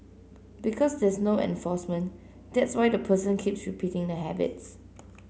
because there's no enforcement that's why the person keeps repeating the habits